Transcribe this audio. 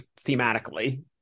thematically